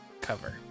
cover